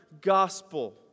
gospel